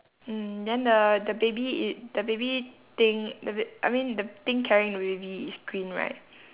mm then the the baby it the baby thing the bab~ I mean the thing carrying the baby is green right